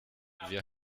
wir